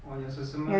or the selesema